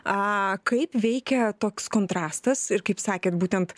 a kaip veikia toks kontrastas ir kaip sakėt būtent